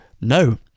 No